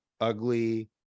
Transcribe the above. ugly